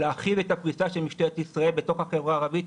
להכיל את הפריסה של משטרת ישראל בתוך החברה הערבית.